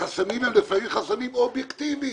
החסמים לפעמים הם חסמים אובייקטיביים.